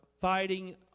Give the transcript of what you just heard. fighting